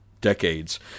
decades